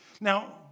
Now